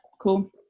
cool